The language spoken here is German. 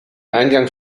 eingangs